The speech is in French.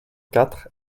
quatre